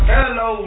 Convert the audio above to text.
Hello